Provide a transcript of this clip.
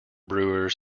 brewers